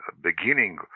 beginning